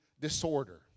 disorder